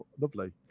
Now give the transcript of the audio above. lovely